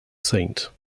saint